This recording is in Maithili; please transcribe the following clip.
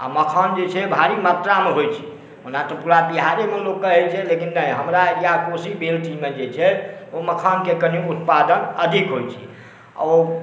आओर मखान जे छै भारी मात्रामे होइ छै ओना तऽ पूरा बिहारेमे लोक करै छै लेकिन हमरा इएह कोशी बेल्टमे जे छै ओ मखानके कनि उत्पादन अधिक होइ छै आओर